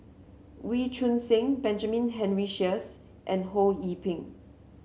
Wee Choon Seng Benjamin Henry Sheares and Ho Yee Ping